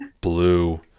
blue